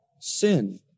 Sin